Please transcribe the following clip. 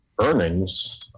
earnings